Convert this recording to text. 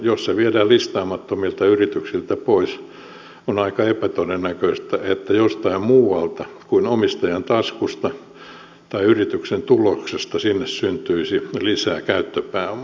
jos se viedään listaamattomilta yrityksiltä pois on aika epätodennäköistä että jostain muualta kuin omistajan taskusta tai yrityksen tuloksesta sinne syntyisi lisää käyttöpääomaa